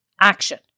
action